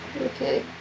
Okay